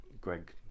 Greg